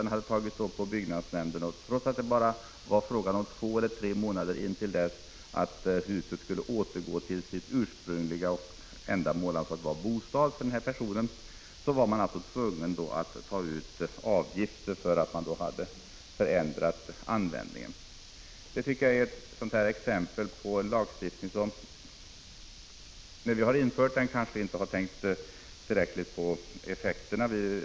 Frågan togs upp i byggnadsnämnden, och trots att det bara gällde två tre månader intill dess att huset skulle återgå till att användas för sitt ursprungliga ändamål, dvs. som bostad för den aktuella personen, var byggnadsnämnden tvungen att ta ut avgift för att användningen hade ändrats. Jag tycker detta är ett exempel på hur felaktigt en lagstiftning kan fungera när vi inte tänkt tillräckligt på effekterna av den vid införandet.